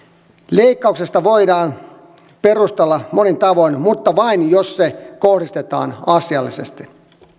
leikkausta voidaan perustella monin tavoin mutta vain jos se kohdistetaan asiallisesti